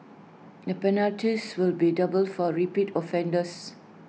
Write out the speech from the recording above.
the penalties will be doubled for repeat offenders